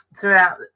throughout